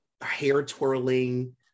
hair-twirling